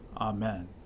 Amen